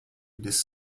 this